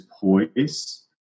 poise